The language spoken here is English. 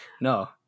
No